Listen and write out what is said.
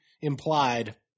implied